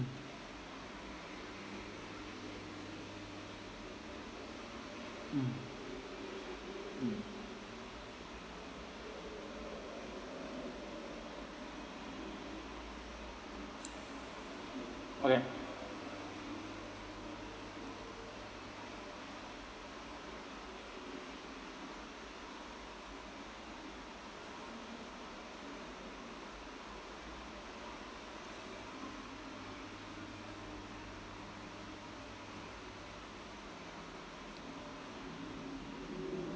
mm mm okay